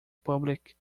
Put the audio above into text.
public